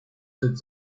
that